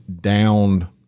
down